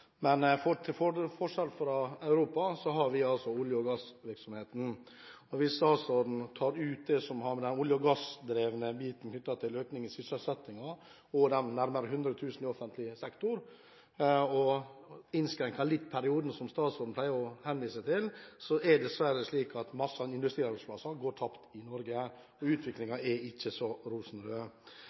Men til forskjell fra Europa har vi olje- og gassvirksomheten. Hvis statsråden tar ut det som har med den olje- og gassdrevne biten knyttet til økning i sysselsettingen og de nærmere 100 000 arbeidsplassene i offentlig sektor å gjøre og innskrenker litt den perioden som statsråden pleier å henvise til, er det dessverre slik at mange andre industriarbeidsplasser går tapt i Norge. Utviklingen er ikke så rosenrød.